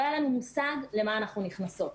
לא היה לנו מושג למה אנחנו נכנסות.